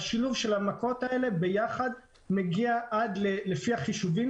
השילוב של המכות האלה ביחד מגיע לפי החישובים